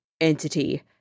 entity